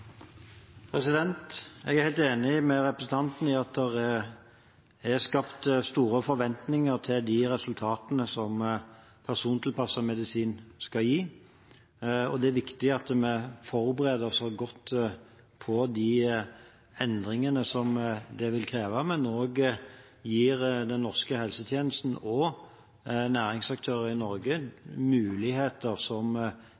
medisin skal gi. Det er viktig at vi forbereder oss godt på de endringene som det vil kreve, men at det også gir den norske helsetjenesten og næringsaktører i Norge muligheter som